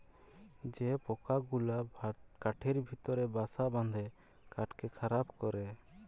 যে পকা গুলা কাঠের ভিতরে বাসা বাঁধে কাঠকে খারাপ ক্যরে